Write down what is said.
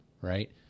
right